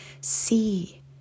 see